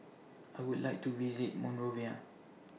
I Would like to visit Monrovia